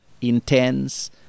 intense